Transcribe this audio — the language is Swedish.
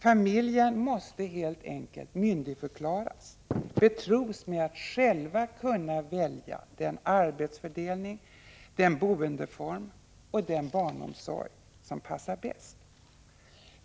Familjen måste helt enkelt myndigförklaras, betros med att själva kunna välja den arbetsfördelning, den boendeform och den barnomsorg som passar bäst.